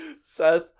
Seth